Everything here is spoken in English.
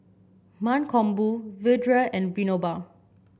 Mankombu Vedre and Vinoba